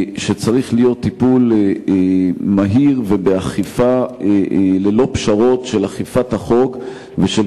שצריך להיות טיפול מהיר ובאכיפה ללא פשרות של החוק ושל